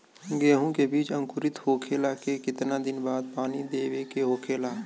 गेहूँ के बिज अंकुरित होखेला के कितना दिन बाद पानी देवे के होखेला?